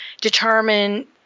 determine